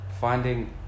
finding